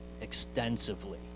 extensively